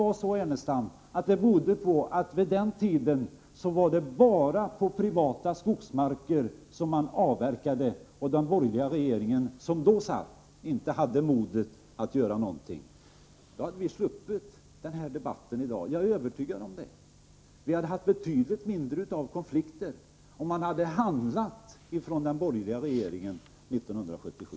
Kan anledningen till att ingenting gjordes då möjligen vara den, Ernestam, att det på den tiden bara var på privata skogsmarker som man avverkade och att den borgerliga regering som då satt inte hade modet att vidta några åtgärder? Jag är övertygad om att om så skett, hade vi sluppit dagens debatt. Vi hade alltså haft betydligt mindre av konflikter, om den borgerliga regeringen hade handlat år 1977.